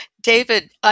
David